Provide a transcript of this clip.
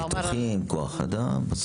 ניתוחים, כוח אדם.